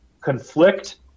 conflict